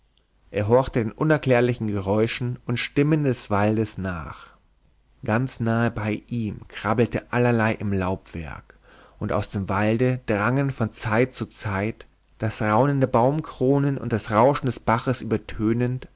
er horchte den unerklärlichen geräuschen und stimmen des waldes nach ganz nahe bei ihm krabbelte allerlei im laubwerk und aus dem walde drangen von zeit zu zeit das raunen der baumkronen und das rauschen des baches